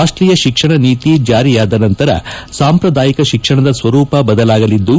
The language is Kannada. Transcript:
ರಾಷ್ಷೀಯ ಶಿಕ್ಷಣ ನೀತಿ ಜಾರಿಯಾದ ನಂತರ ಸಾಂಪ್ರದಾಯಿಕ ಶಿಕ್ಷಣದ ಸ್ವರೂಪ ಬದಲಾಗಲಿದ್ದು